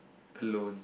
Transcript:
alone